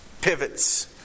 pivots